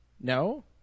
No